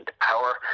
power